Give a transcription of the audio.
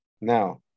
Now